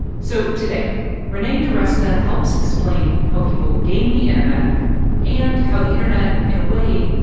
so today renee diresta helps explain how people game the internet and how the internet, in a way,